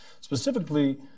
specifically